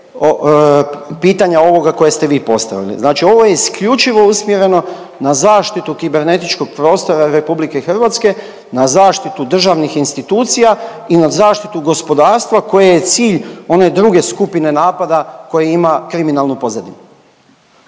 pitanja ovoga kojeg ste vi postavili. Znači ovo je isključivo usmjereno na zaštitu kibernetičkog prostora RH, na zaštitu državnih institucija i na zaštitu gospodarstva koje je cilj one druge skupine napada koje ima kriminalnu pozadinu.